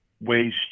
ways